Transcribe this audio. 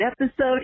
episode